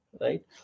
right